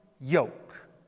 yoke